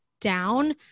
down